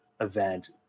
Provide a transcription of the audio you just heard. event